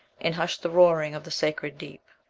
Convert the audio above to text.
and hush the roaring of the sacred deep.